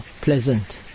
pleasant